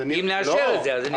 אם נאשר את זה, זה נפתר.